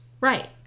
right